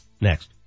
next